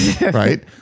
right